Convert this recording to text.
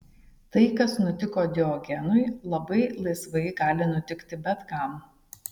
tai kas nutiko diogenui labai laisvai gali nutikti bet kam